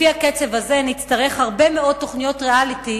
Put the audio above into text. לפי הקצב הזה נצטרך הרבה מאוד תוכניות ריאליטי